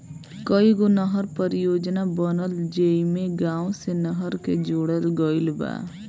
कईगो नहर परियोजना बनल जेइमे गाँव से नहर के जोड़ल गईल बा